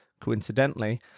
coincidentally